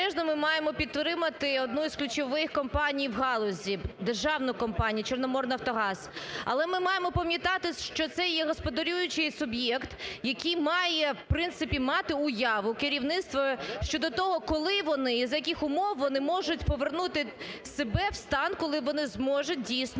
Беззастережно ми маємо підтримати одну із ключових компаній в галузі – державну компанію "Чорноморнафтогаз". Але ми маємо пам'ятати, що це є господарюючий суб'єкт, який має в принципі мати уяву, керівництво, щодо того, коли вони і за яких умов вони можуть повернути себе в стан, коли вони зможуть, дійсно,